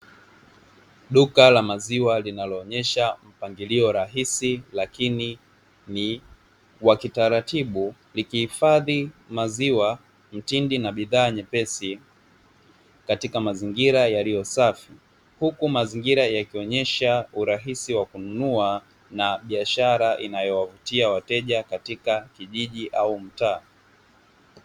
Duka la maziwa linaloonyesha mpangilio rahisi lakini ni wakitaratibu likihifadhi maziwa mtindi na bidhaa nyepesi katika mazingira yaliyo safi huku mazingira yakionyesha urahisi wa kununua na biashara inayovutia wateja katika kijiji au mtaa.